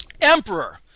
Emperor